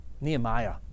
Nehemiah